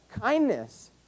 kindness